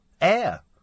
Air